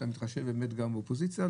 אתה מתחשב גם באופוזיציה,